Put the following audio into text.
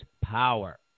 power